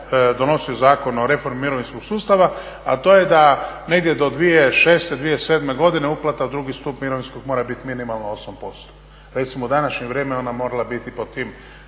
donosio Zakon o reformi mirovinskog sustava, a to je da negdje do 2006., 2007. godine uplata u drugi stup mirovinskog mora biti minimalno 8%. Recimo u današnje vrijeme ona je morala biti po tim